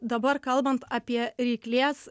dabar kalbant apie ryklės